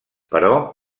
però